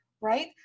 right